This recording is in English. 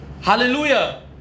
hallelujah